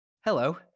hello